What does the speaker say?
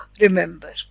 remember